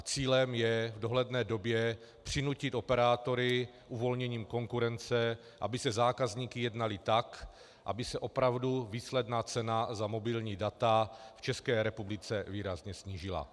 Cílem je v dohledné době přinutit operátory uvolněním konkurence, aby se zákazníky jednali tak, aby se opravdu výsledná cena za mobilní data v České republice výrazně snížila.